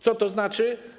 Co to znaczy?